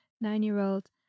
nine-year-old